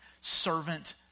servant